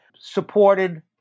supported